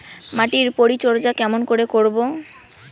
মাটির পরিচর্যা কেমন করে করব?